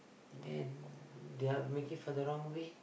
then they are making for the wrong way